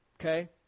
okay